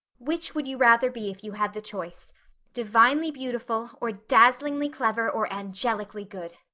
which would you rather be if you had the choice divinely beautiful or dazzlingly clever or angelically good?